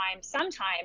sometime